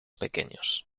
pequeños